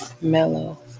Mellow